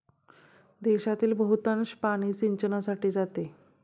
देशातील बहुतांश पाणी सिंचनासाठी जाते